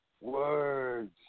words